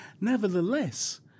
Nevertheless